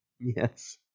Yes